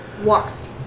Walks